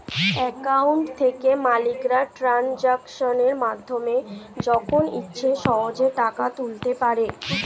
account থেকে মালিকরা ট্রানজাকশনের মাধ্যমে যখন ইচ্ছে সহজেই টাকা তুলতে পারে